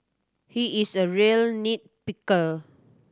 he is a real nit picker